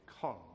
Come